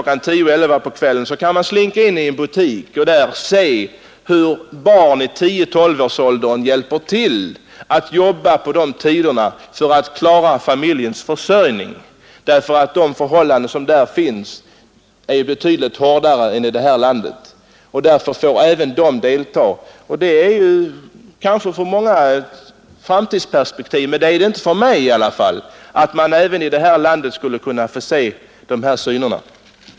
10 eller 11 på kvällen, och så kan de slinka in i en butik och se hur barn i tioå tolvårsåldern hjälper till med jobbet på sådana tider för att klara familjens försörjning. Förhållandena där är ju betydligt hårdare än här i landet, och därför måste även barnen delta. Det är kanske för många ett framtidsperspektiv — men inte för mig i alla fall — att man även hos skulle kunna få se de här synerna.